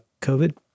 COVID